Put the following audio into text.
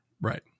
Right